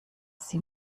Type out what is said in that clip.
sie